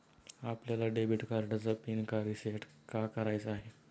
आपल्याला डेबिट कार्डचा पिन का रिसेट का करायचा आहे?